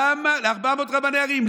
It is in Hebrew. ל-400 רבני ערים.